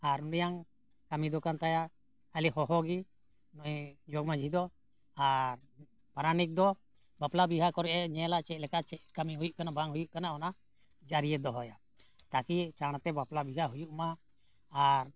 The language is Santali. ᱟᱨ ᱩᱱᱤᱭᱟᱜ ᱠᱟᱹᱢᱤ ᱫᱚ ᱠᱟᱱ ᱛᱟᱭᱟ ᱟᱞᱮ ᱦᱚᱦᱚᱜᱮ ᱱᱩᱭ ᱡᱚᱜᱽ ᱢᱟᱺᱡᱷᱤ ᱫᱚ ᱟᱨ ᱯᱟᱨᱟᱱᱤᱠ ᱫᱚ ᱵᱟᱯᱞᱟ ᱵᱤᱦᱟᱹ ᱠᱚᱨᱮᱫ ᱮ ᱧᱮᱞᱟ ᱪᱮᱫ ᱞᱮᱠᱟ ᱪᱮᱫ ᱠᱟᱹᱢᱤ ᱦᱩᱭᱩᱜ ᱠᱟᱱᱟ ᱵᱟᱝ ᱦᱩᱭᱩᱜ ᱠᱟᱱᱟ ᱚᱱᱟ ᱡᱟᱹᱨᱤᱭᱮ ᱫᱚᱦᱚᱭᱟ ᱛᱟᱹᱠᱤ ᱪᱟᱬᱛᱮ ᱵᱟᱯᱞᱟ ᱵᱤᱦᱟᱹ ᱦᱩᱭᱩᱜ ᱢᱟ ᱟᱨ